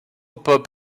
pop